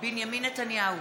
בנימין נתניהו,